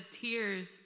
tears